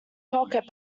pocket